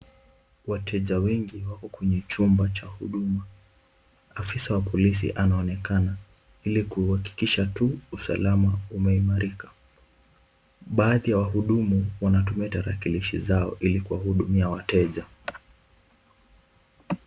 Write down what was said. Wateja wengi wako kwenye chumba cha huduma. Afisa wa polisi anaonekana ili kuhakikisha tu usalama umeimarika. Baadhi ya wahudumu wanatumia tarakilishi zao ili kuwahudumia wateja.